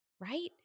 right